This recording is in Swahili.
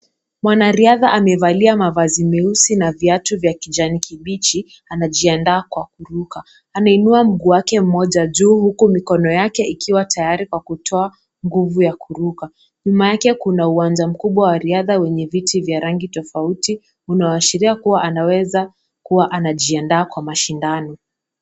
Mwanariadha amevalia mavazi meusi na viatu vya kijani kibichi anajiandaa kwa kuruka. Anainua mguu wake mmoja juu huku mikono yake ikiwa tayari kwa kutoa nguvu ya kuruka. Nyuma yake kuna uwanja mkubwa wa riadha wenye viti vya rangi tofauti unaoashiria kuwa anaweza kuwa anajiandaa kwa mashindano.